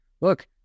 look